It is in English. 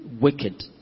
wicked